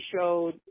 showed